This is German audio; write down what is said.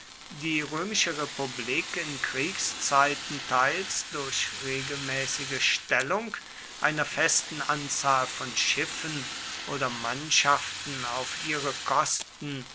die römische republik in kriegszeiten teils durch regelmäßige stellung einer festen anzahl von schiffen oder mannschaften auf ihre kosten